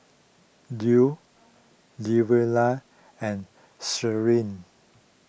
Lu Luverne and Shirlie